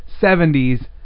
70s